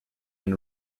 and